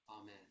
Amen